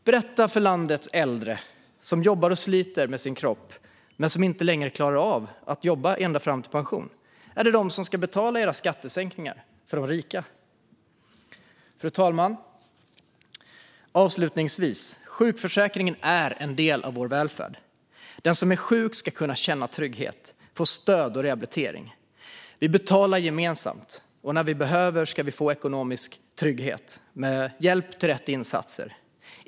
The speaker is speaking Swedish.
Berätta för landets äldre som jobbar och sliter med sina kroppar men som inte längre klarar av att jobba ända fram till pension om det är de som ska betala era skattesänkningar för de rika. Fru talman! Avslutningsvis vill jag säga att sjukförsäkringen är en del av vår välfärd. Den som är sjuk ska kunna känna trygghet och få stöd och rehabilitering. Vi betalar gemensamt, och när vi behöver ska vi få ekonomisk trygghet och hjälp med rätt insatser.